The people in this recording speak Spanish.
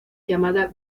llamada